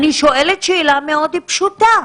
אני שואלת שאלה מאוד פשוטה: